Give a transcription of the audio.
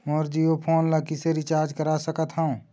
मोर Jio phone ला किसे recharge करा सकत हवं?